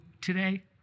today